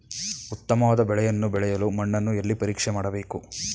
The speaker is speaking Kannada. ಉತ್ತಮವಾದ ಬೆಳೆಯನ್ನು ಬೆಳೆಯಲು ಮಣ್ಣನ್ನು ಎಲ್ಲಿ ಪರೀಕ್ಷೆ ಮಾಡಬೇಕು?